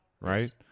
Right